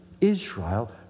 Israel